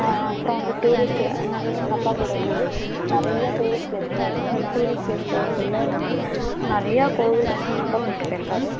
அப்புறம் வந்து டூரிஸ்ட்டு நிறைய எங்கள் அப்பா கூட வந்து நிறைய டூரிஸ்ட் ப்ளேஸ் போவோம் டூரிஸ்ட் ப்ளேஸ் போகக்குள்ள வந்து நிறையா கோவில் வந்து எங்கள் அப்பா கூட்டு போயிருக்கார்